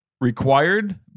required